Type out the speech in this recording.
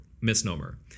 misnomer